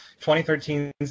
2013